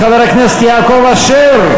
חבר הכנסת יעקב אשר,